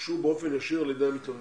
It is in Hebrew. הוגשו באופן ישיר על ידי המתלוננים.